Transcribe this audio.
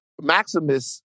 Maximus